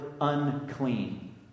unclean